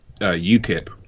UKIP